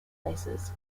places